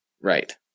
Right